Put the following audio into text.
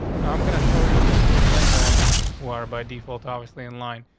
now i'm gonna show you this with link elements who are by default, obviously in line.